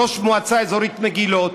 ראש המועצה האזורית מגילות,